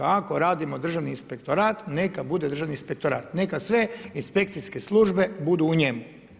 Ako radimo Državni inspektorat, neka bude Državni inspektorat, neka sve inspekcijske službe budu u njemu.